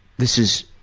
this is,